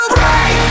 Break